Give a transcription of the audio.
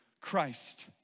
Christ